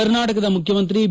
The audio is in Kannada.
ಕರ್ನಾಟಕದ ಮುಖ್ಯಮಂತ್ರಿ ಬಿ